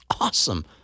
awesome